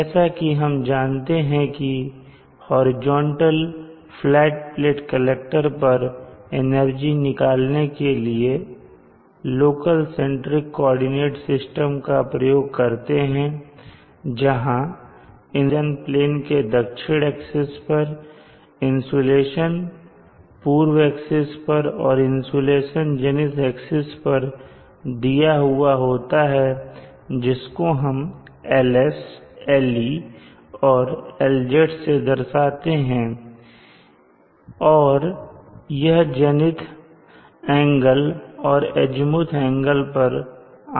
जैसा कि हम जानते हैं की हॉरिजॉन्टल फ्लैट प्लेट कलेक्टर पर एनर्जी निकालने के लिए लोकल सेंट्रिक कोऑर्डिनेट सिस्टम का प्रयोग करते हैं जहां इंसुलेशन होराइजन प्लेन के दक्षिण एक्सिस पर इंसुलेशन पूर्व एक्सिस पर और इंसुलेशन जेनिथ एक्सिस पर दिया हुआ होता है जिसको हम LS LE और LZ से दर्शाते हैं और यह जेनिथ एंगल और एजीमूथ एंगल पर आश्रित होता है